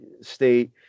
state